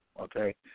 okay